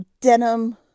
denim